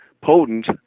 potent